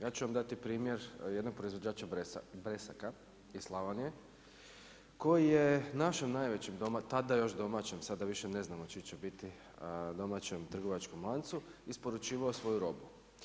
Ja ću vam dati primjer, jednog proizvođača bresaka iz Slavonije, koji je našem najvećem, tada još domaćem, sada više ne z nam hoće li ići u biti domaćem trgovačkom lancu isporučivao svoju robu.